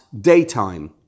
daytime